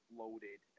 loaded